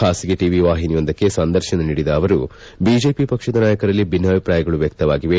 ಬಾಸಗಿ ಟಿವಿ ವಾಹಿನಿಯೊಂದಕ್ಕೆ ಸಂದರ್ತನ ನೀಡಿದ ಅವರುಬಿಜೆಪಿ ಪಕ್ಷದ ನಾಯಕರಲ್ಲಿ ಭಿನ್ನಾಭಿಪ್ರಾಯಗಳು ವ್ಯಕ್ತವಾಗಿವೆ